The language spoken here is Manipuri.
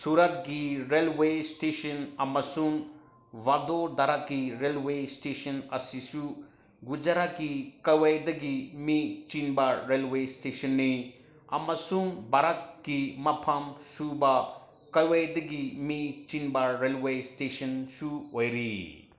ꯁꯨꯔꯠꯀꯤ ꯔꯦꯜꯋꯦ ꯏꯁꯇꯦꯁꯟ ꯑꯃꯁꯨꯡ ꯕꯥꯗꯣꯗꯔꯥꯒꯤ ꯔꯦꯜꯋꯦ ꯏꯁꯇꯦꯁꯟ ꯑꯁꯤꯁꯨ ꯒꯨꯖꯔꯥꯠꯀꯤ ꯈ꯭ꯋꯥꯏꯗꯒꯤ ꯃꯤ ꯆꯤꯟꯕ ꯔꯦꯜꯋꯦ ꯏꯁꯇꯦꯁꯟꯅꯤ ꯑꯃꯁꯨꯡ ꯚꯥꯔꯠꯀꯤ ꯃꯥꯄꯜꯁꯨꯕ ꯈ꯭ꯋꯥꯏꯗꯒꯤ ꯃꯤ ꯆꯤꯟꯕ ꯔꯦꯜꯋꯦ ꯏꯁꯇꯦꯁꯟꯁꯨ ꯑꯣꯏꯔꯤ